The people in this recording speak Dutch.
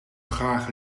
graag